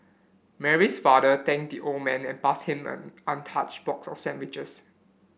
Mary's father thanked the old man and passed him an untouched box of sandwiches